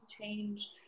change